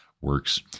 works